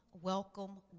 welcome